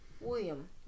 William